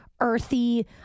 earthy